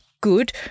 good